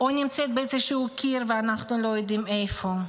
או נמצאת באיזשהו קיר, ואנחנו לא יודעים איפה.